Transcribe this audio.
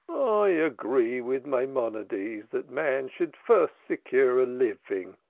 i agree with maimonides that man should first secure a living,